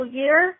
year